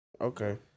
Okay